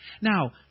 Now